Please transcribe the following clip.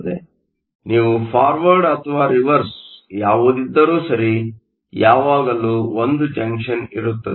ಆದ್ದರಿಂದ ನೀವು ಫಾರ್ವರ್ಡ್ ಅಥವಾ ರಿವರ್ಸ್ ಯಾವುದಿದ್ದರೂ ಸರಿ ಯಾವಾಗಲೂ 1 ಜಂಕ್ಷನ್ ಇರುತ್ತದೆ